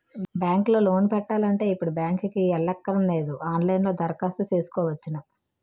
bank లో loan పెట్టాలంటే ఇప్పుడు బ్యాంకుకి ఎల్లక్కరనేదు ఆన్ లైన్ లో దరఖాస్తు సేసుకోవచ్చును